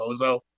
bozo